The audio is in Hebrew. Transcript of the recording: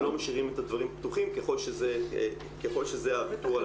ולא משאירים את הדברים פתוחים ככל שזה הוויתור על התשלום.